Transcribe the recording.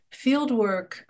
Fieldwork